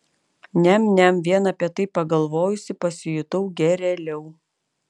niam niam vien apie tai pagalvojusi pasijutau gerėliau